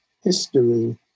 history